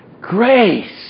grace